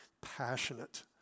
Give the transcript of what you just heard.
passionate